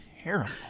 Terrible